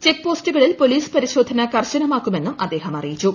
check പോസ്റ്റുകളിൽ police പരിശോധന കർശനമാക്കുമെന്നും അദ്ദേഹം അറിയിച്ചു